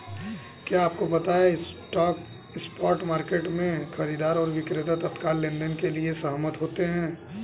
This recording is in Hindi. क्या आपको पता है स्पॉट मार्केट में, खरीदार और विक्रेता तत्काल लेनदेन के लिए सहमत होते हैं?